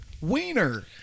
Wiener